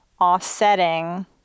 offsetting